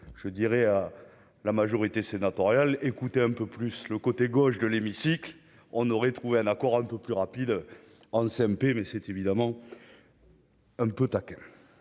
je dirais à la majorité sénatoriale, écoutez un peu plus le côté gauche de l'hémicycle, on aurait trouvé un accord à un peu plus rapide en CMP, mais c'est évidemment. Un peu taquin,